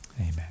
Amen